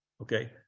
okay